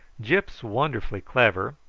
gyp's wonderfully clever,